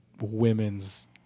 women's